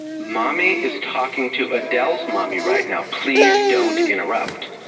mummy is talking to adele's mummy right now, please don't interrupt.